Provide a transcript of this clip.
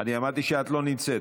אני אמרתי שאת לא נמצאת.